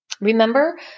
Remember